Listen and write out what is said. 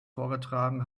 vorgetragen